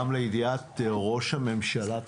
גם לידיעת ראש הממשלה,